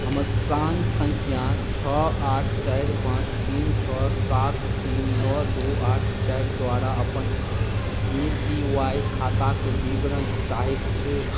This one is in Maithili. हमर प्राण संख्या छओ आठ चारि पांच तीन छओ सात तीन नओ दू आठ चारि द्वारा अपन ए पी वाई खाताक विवरण चाहैत छी